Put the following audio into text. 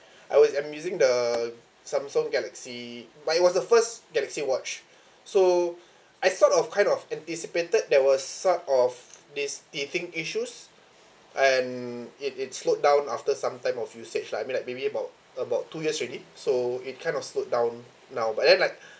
I was I'm using the Samsung galaxy but it was the first galaxy watch so I sort of kind of anticipated that was sort of this teething issues and it it's slowed down after sometime of usage lah I mean like maybe about about two years already so it kind of slowed down now but then like